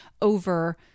over